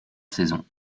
saison